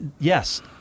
Yes